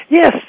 Yes